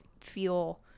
feel